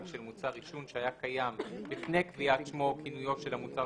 של מוצר עישון שהיה קיים לפני קביעת שמו או כינויו של המוצר